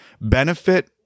benefit